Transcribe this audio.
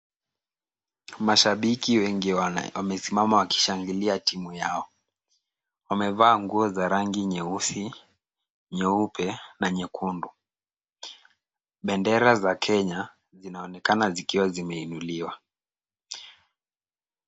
Masabiki wengi wamesimama wakishangilia timu yao. Wamevaa nguo za rangi nyeusi, nyeupe na nyekundu. Bendera za Kenya zinaonekana zikiwa zimeinuliwa.